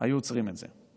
הם היו עוצרים את זה.